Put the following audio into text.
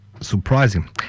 surprising